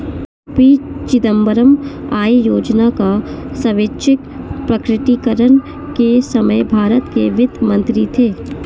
P Chidambaram आय योजना का स्वैच्छिक प्रकटीकरण के समय भारत के वित्त मंत्री थे